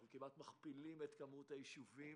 אנחנו כמעט מכפילים את כמות הישובים